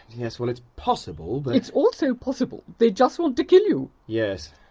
yes, well, it's possible, but it's also possible they just want to kill you, yes.